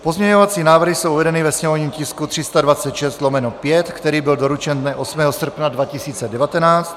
Pozměňovací návrhy jsou uvedeny ve sněmovním tisku 326/5, který byl doručen dne 8. srpna 2019.